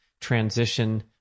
transition